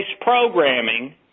programming